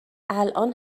الان